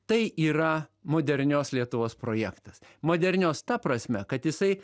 tai yra modernios lietuvos projektas modernios ta prasme kad jisai